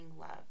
love